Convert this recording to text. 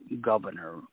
governor